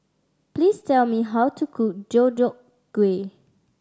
please tell me how to cook Deodeok Gui